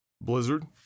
Blizzard